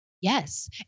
Yes